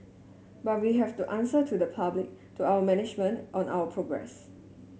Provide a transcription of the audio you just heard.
but we have to answer to the public to our management on our progress